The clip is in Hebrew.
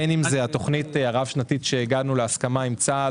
בין אם זו התכנית הרב שנתית שהגענו להסכמה עם צה"ל